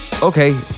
Okay